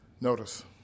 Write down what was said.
Notice